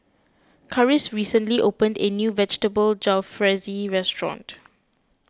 Karis recently opened a new Vegetable Jalfrezi restaurant